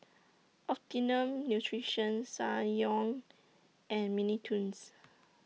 Optimum Nutrition Ssangyong and Mini Toons